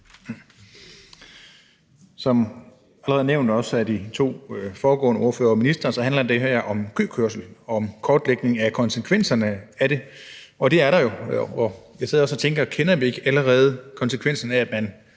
Som før nævnt, også af de to foregående ordførere og af ministeren, så handler det her om køkørsel og om kortlægning af konsekvenserne af det. De er der, og jeg sidder og tænker: Kender vi ikke allerede konsekvenserne af, at man